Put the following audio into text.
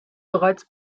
bereits